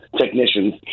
technicians